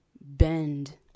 bend